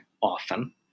often